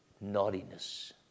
naughtiness